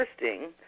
interesting